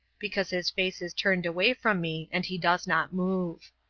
because his face is turned away from me and he does not move.